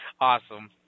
Awesome